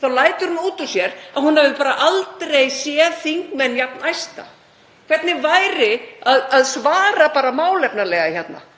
þá lætur út úr sér að hún hafi bara aldrei séð þingmenn jafn æsta. Hvernig væri að svara bara málefnalega hérna?